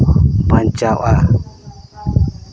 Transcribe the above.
ᱵᱟᱧᱪᱟᱣᱼᱟ